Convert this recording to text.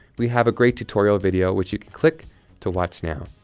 we have a great tutorial video which you can click to watch now!